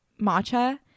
matcha